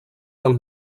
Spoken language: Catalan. del